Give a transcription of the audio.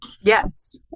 Yes